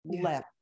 left